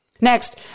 next